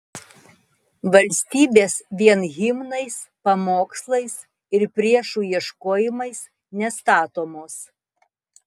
valstybės vien himnais pamokslais ir priešų ieškojimais nestatomos